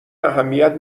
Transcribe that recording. اهمیت